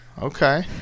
Okay